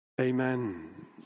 Amen